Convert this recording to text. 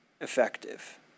effective